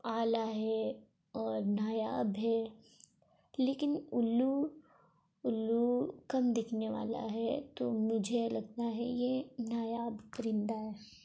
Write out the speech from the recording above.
اعلیٰ ہے اور نایاب ہے لیکن الو الو کم دکھنے والا ہے تو مجھے لگتا ہے یہ نایاب پرندہ ہے